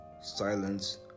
silence